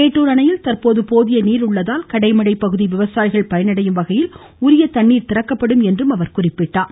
மேட்டூர் அணையில் தந்போது போதிய நீர் உள்ளதால் கடை மடை பகுதி விவசாயிகள் பயனடையும் வகையில் உரிய தண்ணீர் திறக்கப்படும் என்றார்